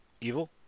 Evil